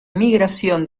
migración